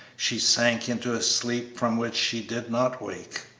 she sank into a sleep from which she did not wake,